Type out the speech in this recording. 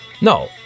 No